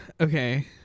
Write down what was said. Okay